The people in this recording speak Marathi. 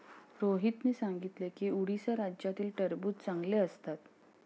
रोहितने सांगितले की उडीसा राज्यातील टरबूज चांगले असतात